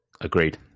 Agreed